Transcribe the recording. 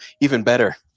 even better,